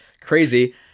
Crazy